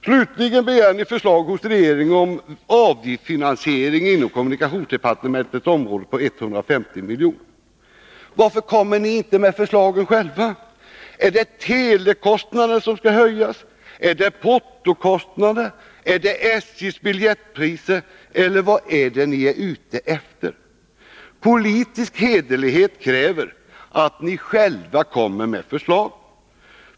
Slutligen begär ni förslag av regeringen om avgiftsfinansiering inom kommunikationsdepartementets område på 150 milj.kr. Varför lägger ni inte själva fram förslag? Är det telekostnaderna som skall höjas, är det portokostnaderna, är det SJ:s biljettpriser, eller vad är ni ute efter? Politisk hederlighet kräver att ni själva lägger fram förslag.